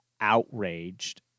outraged